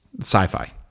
sci-fi